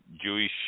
Jewish